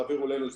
תעבירו אלינו,